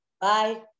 Bye